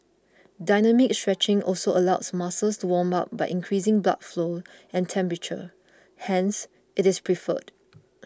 dynamic stretching also allows muscles to warm up by increasing blood flow and temperature hence it is preferred